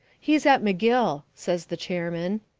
he is at mcgill, says the chairman.